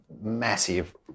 massive